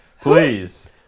please